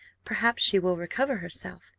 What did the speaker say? perhaps she will recover herself.